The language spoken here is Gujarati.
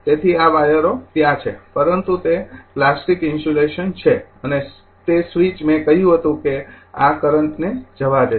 તેથી આ વાયર ત્યાં છે પરંતુ તે પ્લાસ્ટિક ઇન્સ્યુલેશન છે અને તે સ્વીચ મેં કહ્યું હતું કે આ કરંટને જવા દેશે